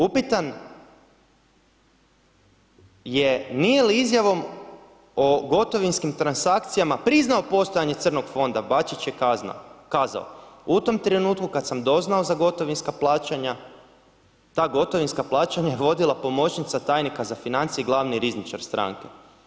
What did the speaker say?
Upitan je, nije li izjavom o gotovinskim transakcijama, priznao postojanje crnog fonda, Bačić je kazao, u tom trenutku kada sam doznao za gotovinska plaćanja, ta gotovinska plaćanja je vodila pomoćnica tajnika za financije i glavni rizničar stranke.